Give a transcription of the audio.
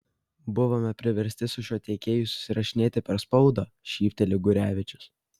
buvome priversti su šiuo tiekėju susirašinėti per spaudą šypteli gurevičius